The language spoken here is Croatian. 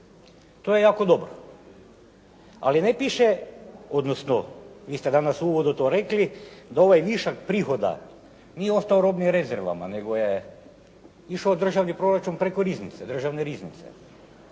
To je jako dobro, ali ne piše, odnosno vi ste danas u uvodu to rekli da ovaj višak prihoda nije ostao u robnim rezervama, nego je išao državni proračun preko riznice,